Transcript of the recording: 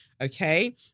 okay